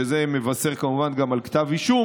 וזה מבשר כמובן גם על כתב אישום,